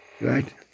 right